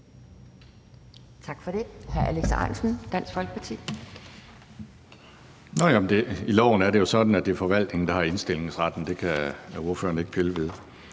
Tak for det. Hr. Alex Ahrendtsen, Dansk Folkeparti. Kl. 12:01 Alex Ahrendtsen (DF): I loven er det jo sådan, at det er forvaltningen, der har indstillingsretten. Det kan ordføreren ikke pille ved.